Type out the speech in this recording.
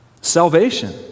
Salvation